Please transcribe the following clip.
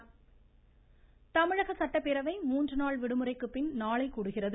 சட்டப்பேரவை தமிழக சட்டப்பேரவை மூன்று நாள் விடுமுறைக்குப் பின் நாளை கூடுகிறது